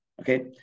Okay